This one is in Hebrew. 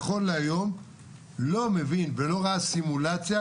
נכון להיום לא מבין ולא ראה סימולציה,